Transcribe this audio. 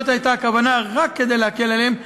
זאת הייתה הכוונה, רק כדי להקל עליהם.